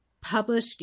publish